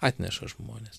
atneša žmonės